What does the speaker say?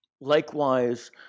likewise